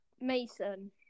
Mason